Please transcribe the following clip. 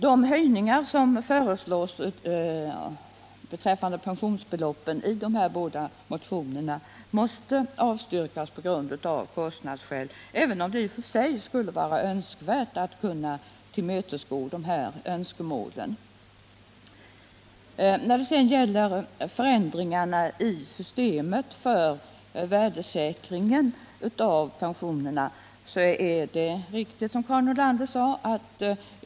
De höjningar av pensionsbeloppen som föreslås i dessa båda motioner måste avstyrkas av kostnadsskäl, även om det i och för sig skulle vara önskvärt att tillmötesgå önskemålen. Det är riktigt som Karin Nordlander sade att utskottet avstyrker förslagen om förändringar i systemet för en värdesäkring av pensionerna.